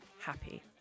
happy